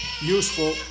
useful